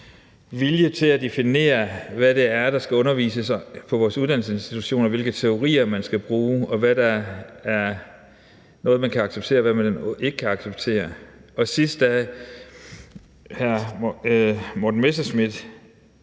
vilje til at definere, hvad det er, der skal undervises i på vores uddannelsesinstitutioner, hvilke teorier man skal bruge, og hvad man kan acceptere, og hvad man ikke kan acceptere. Og hr. Morten Messerschmidt